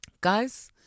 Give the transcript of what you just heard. guys